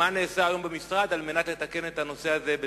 מה נעשה כדי לתקן את זה מייד.